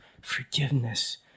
forgiveness